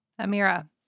amira